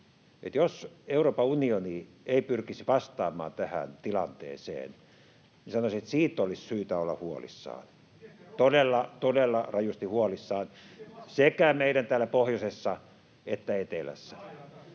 Jos Euroopan unioni ei pyrkisi vastaamaan tähän tilanteeseen, niin sanoisin, että siitä olisi syytä olla huolissaan — todella, todella rajusti huolissaan — sekä meidän täällä pohjoisessa että etelässä.